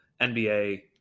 NBA